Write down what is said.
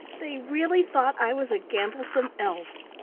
they really thought i was a gamblesome elf.